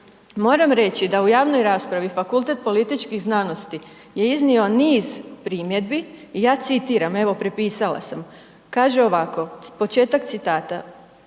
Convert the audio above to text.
moram reći da u javnoj raspravi Fakultet političkih znanosti je iznio niz primjedbi i ja citiram, evo prepisala sam, kaže ovako, početak citata: